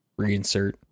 reinsert